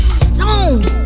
stone